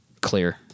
clear